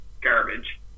garbage